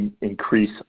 increase